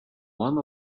one